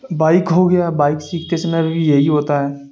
bike ہو گیا bike سیکھتے سمے بھی یہی ہوتا ہے